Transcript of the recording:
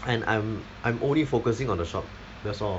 and I'm I'm only focusing on the shop that's all